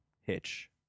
hitch